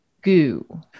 goo